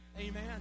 Amen